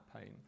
pain